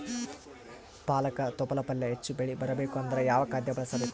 ಪಾಲಕ ತೊಪಲ ಪಲ್ಯ ಹೆಚ್ಚ ಬೆಳಿ ಬರಬೇಕು ಅಂದರ ಯಾವ ಖಾದ್ಯ ಬಳಸಬೇಕು?